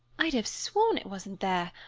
i'd have sworn it wasn't there!